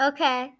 Okay